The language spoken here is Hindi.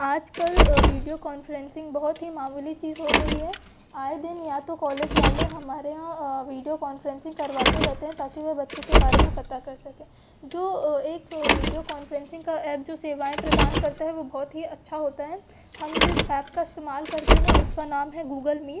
आज कल वीडियो कॉन्फ्रेंसिंग बहुत ही मामूली चीज़ हो गई है आए दिन या तो कॉलेज वाले हमारे यहाँ वीडियो कॉन्फ्रेंसिंग करवाते रहते हैं ताकि वो बच्चे के बारे में पता कर सकें जो एक वीडियो कॉन्फ्रेंसिंग का ऐप जो सेवाऍं प्रदान करता है वो बहुत ही अच्छा होता है हम जिस ऐप का इस्तेमाल करते हैं उसका नाम है गूगल मीट